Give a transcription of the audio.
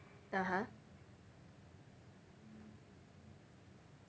(uh huh)